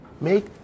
Make